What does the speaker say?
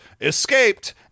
escaped